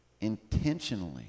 intentionally